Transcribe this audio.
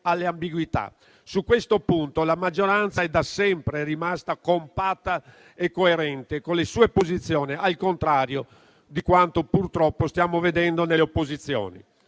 Su questo punto la maggioranza è da sempre rimasta compatta e coerente con le sue posizioni, al contrario di quanto purtroppo stiamo vedendo nelle opposizioni.